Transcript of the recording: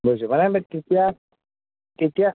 বুজিছোঁ মানে লাইক তেতিয়া তেতিয়া